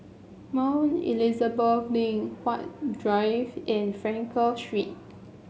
Mount Elizabeth Link Huat Drive and Frankel Street